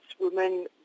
women